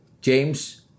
James